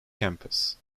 campus